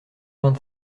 vingt